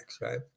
right